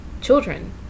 children